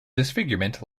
disfigurement